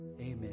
amen